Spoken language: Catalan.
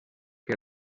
que